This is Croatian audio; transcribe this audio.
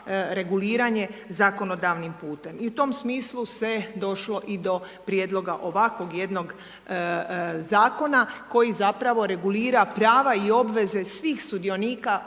reguliranje zakonodavnim putem. I u tom smislu se došlo i do prijedloga ovakvog jednog zakona koji zapravo regulira prava i obveze svih sudionika u